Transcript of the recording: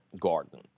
garden